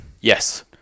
Yes